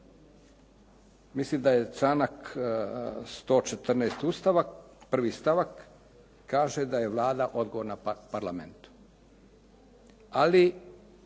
Mislim da je članak 114. Ustava 1. stavak kaže da je Vlada odgovorna Parlamentu, ali